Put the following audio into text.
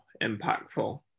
impactful